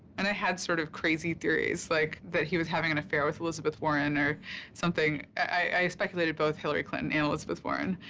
and i had, sort of, crazy theories, like that he was having an affair with elizabeth warren or i speculated both hillary clinton and elizabeth warren.